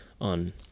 on